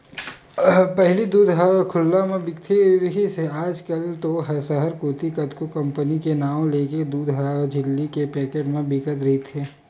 पहिली दूद ह खुल्ला म बिकत रिहिस हे आज कल तो सहर कोती कतको कंपनी के नांव लेके दूद ह झिल्ली के पैकेट म बिकत दिखथे